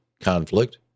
conflict